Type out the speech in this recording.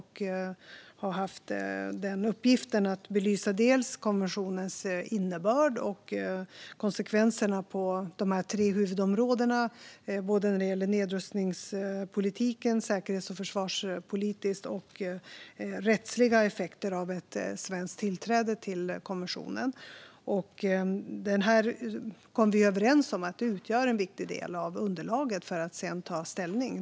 Han har haft uppgiften att belysa konventionens innebörd och konsekvenserna på de tre huvudområdena, både nedrustningspolitiskt och försvarspolitiskt och när det gäller rättsliga effekter, av ett svenskt tillträdande av konventionen. Vi kom överens om att detta utgör en viktig del av underlaget för att ta ställning.